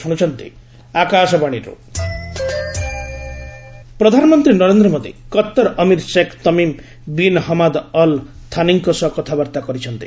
PM କଉର ପ୍ରଧାନମନ୍ତ୍ରୀ Narendra Modi Qatar Amir Sheikh Tamim bin Hamad Al ଥାନିଙ୍କ ସହ କଥାବାର୍ତ୍ତା କରିଛନ୍ତି